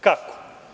Kako?